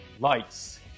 Lights